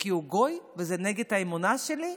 כי הוא גוי וזה נגד האמונה שלי,